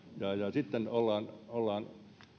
ja ja sitten ollaan